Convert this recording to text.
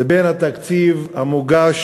לבין התקציב המוגש